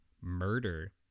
murder